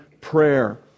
prayer